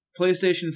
PlayStation